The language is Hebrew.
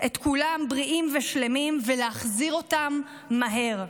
את כולם בריאים ושלמים ולהחזיר אותם מהר.